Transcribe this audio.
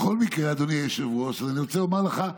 בכל מקרה, אדוני היושב-ראש, אני רוצה לומר לך,